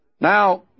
Now